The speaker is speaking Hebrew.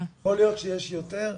יכול להיות שיש יותר,